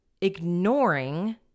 ignoring